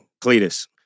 Cletus